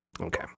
Okay